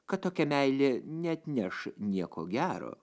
kad tokia meilė neatneš nieko gero